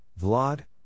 Vlad